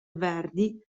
verdi